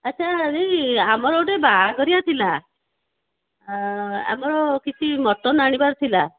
ଆଚ୍ଛା ଏଇ ଆମର ଗୋଟେ ବାହାଘରିଆ ଥିଲା ଆମର କିଛି ମଟନ୍ ଆଣିବାର ଥିଲା